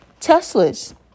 Teslas